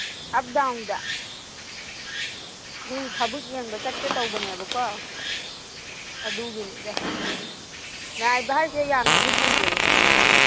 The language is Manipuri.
ꯑꯞ ꯗꯥꯎꯟꯗ ꯑꯩꯈꯣꯏ ꯊꯕꯛ ꯌꯦꯡꯕ ꯆꯠꯀꯦ ꯇꯧꯕꯅꯦꯕꯀꯣ ꯑꯗꯨꯒꯤꯅꯤꯗ ꯉꯥꯏꯕ ꯍꯥꯏꯁꯦ ꯌꯥꯝꯅꯗꯤ ꯀꯨꯏꯔꯣꯏꯕ